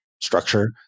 structure